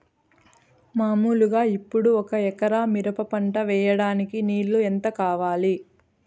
మామూలుగా ఇప్పుడు ఒక ఎకరా మిరప పంట వేయడానికి నీళ్లు ఎంత కావాలి?